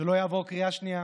שלא יעבור קריאה שנייה